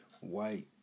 white